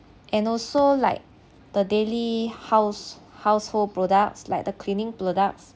and also like the daily house household products like the cleaning products